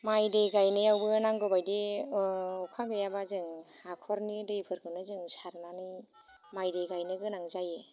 माइ दै गानयनायावबो नांगौ बायदि अखा गैयाब्ला जों हाखरनि दैफोरखौनो जों सारनानै माइ दै गायनो गोनां जायो